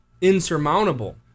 insurmountable